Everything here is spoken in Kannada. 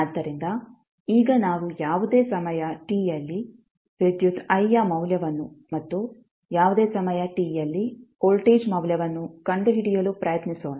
ಆದ್ದರಿಂದ ಈಗ ನಾವು ಯಾವುದೇ ಸಮಯ t ಯಲ್ಲಿ ವಿದ್ಯುತ್ i ಯ ಮೌಲ್ಯವನ್ನು ಮತ್ತು ಯಾವುದೇ ಸಮಯ t ಯಲ್ಲಿ ವೋಲ್ಟೇಜ್ ಮೌಲ್ಯವನ್ನು ಕಂಡುಹಿಡಿಯಲು ಪ್ರಯತ್ನಿಸೋಣ